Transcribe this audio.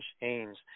change